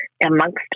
amongst